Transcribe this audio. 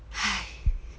!hais!